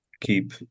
keep